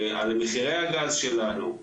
על מחירי הגז שלנו,